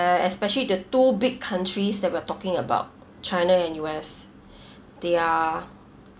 especially the two big countries that we're talking about china and U_S they are